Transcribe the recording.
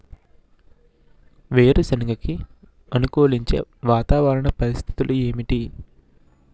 వేరుసెనగ కి అనుకూలించే వాతావరణ పరిస్థితులు ఏమిటి?